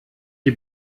die